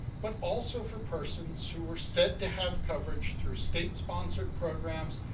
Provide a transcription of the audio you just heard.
but also for persons who were said to have coverage through state-sponsored programs,